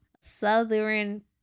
Southern